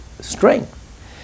strength